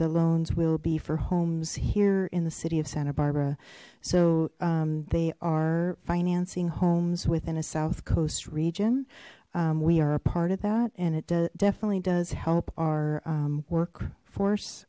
the loans will be for homes here in the city of santa barbara so they are financing homes within a south coast region we are a part of that and it definitely does help our work force